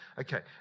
Okay